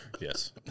Yes